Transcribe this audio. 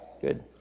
good